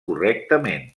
correctament